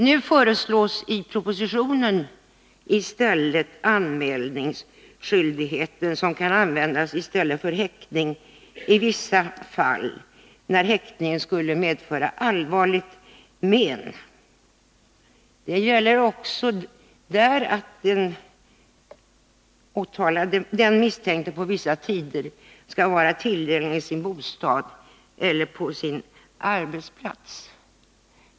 Nu föreslås i propositionen anmälningsskyldighet, som kan användas i stället för häktning i vissa fall när häktning skulle medföra allvarligt men. Också här gäller att den misstänkte på vissa tider skall vara tillgänglig i sin bostad eller på sin arbetsplats.